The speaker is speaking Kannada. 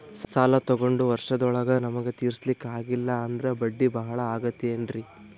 ಸಾಲ ತೊಗೊಂಡು ವರ್ಷದೋಳಗ ನಮಗೆ ತೀರಿಸ್ಲಿಕಾ ಆಗಿಲ್ಲಾ ಅಂದ್ರ ಬಡ್ಡಿ ಬಹಳಾ ಆಗತಿರೆನ್ರಿ?